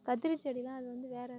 கத்திரி செடிலாம் அது வந்து வேற எதுனா